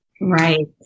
Right